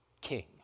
king